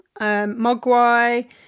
Mogwai